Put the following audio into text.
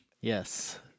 Yes